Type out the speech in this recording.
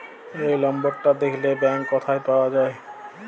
এই লম্বরটা দ্যাখলে ব্যাংক ক্যথায় পাউয়া যায়